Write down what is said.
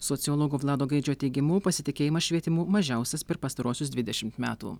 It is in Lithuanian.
sociologo vlado gaidžio teigimu pasitikėjimas švietimu mažiausias per pastaruosius dvidešimt metų